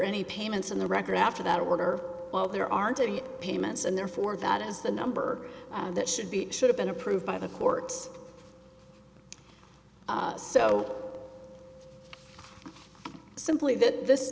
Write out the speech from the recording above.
any payments on the record after that order while there aren't any payments and therefore that is the number that should be should have been approved by the courts so simply that this